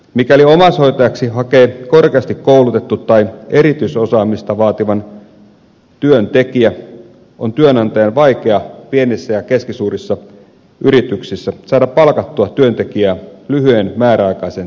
mikäli omaishoitajaksi hakee korkeasti koulutettu tai erityisosaamista vaativan työn tekijä on työnantajan vaikea pienissä ja keskisuurissa yrityksissä saada palkattua työntekijä lyhyeen määräaikaiseen työsuhteeseen